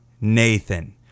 Nathan